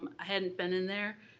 i hadn't been in there.